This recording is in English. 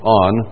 on